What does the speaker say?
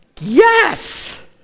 Yes